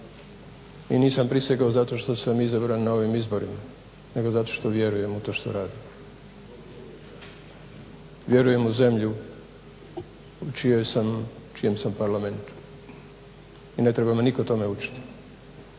i nisam prisegao zato što sam izabran na ovim izborima nego zato što vjerujem u to što radim. Vjerujem u zemlju u čijem sam parlamentu i ne treba me nitko tome učiti.